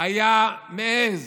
היה מעז